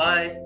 Bye